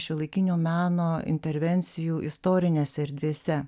šiuolaikinio meno intervencijų istorinėse erdvėse